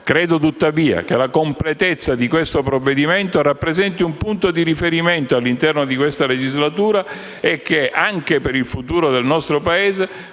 Credo tuttavia che la completezza di questo provvedimento rappresenti un punto di riferimento all'interno di questa legislatura e che, anche per il futuro del nostro Paese,